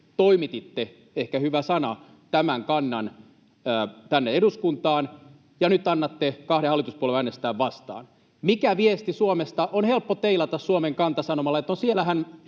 ”toimititte” — ehkä hyvä sana — tämän kannan tänne eduskuntaan, ja nyt annatte kahden hallituspuolueen äänestää vastaan. Mikä viesti Suomesta? On helppo teilata Suomen kanta sanomalla, että ”no